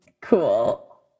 Cool